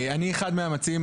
אני אחד מהמציעים.